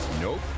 nope